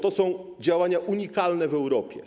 To są działania unikalne w Europie.